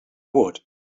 would